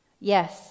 Yes